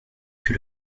que